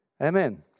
Amen